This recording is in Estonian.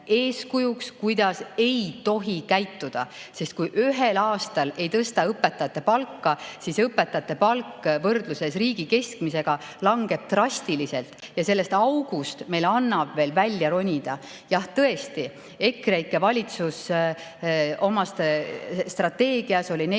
eeskujuks, kuidas ei tohi käituda. Sest kui ühel aastal ei tõsta õpetajate palka, siis õpetajate palk võrdluses riigi keskmisega langeb drastiliselt ja sellest august meil annab veel välja ronida. Jah, tõesti, EKREIKE valitsus oli oma strateegias nelja